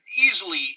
easily